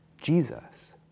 Jesus